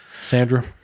Sandra